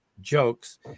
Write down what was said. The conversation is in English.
jokes